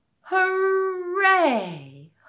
Hooray